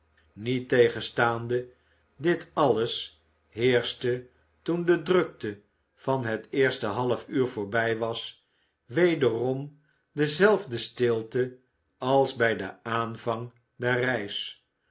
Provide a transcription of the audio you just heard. niettegenstaande dit alles heerschte toen de drukte van het eerste half uur voorbij was wederom dezelfde stilte als bij den aanvang der reis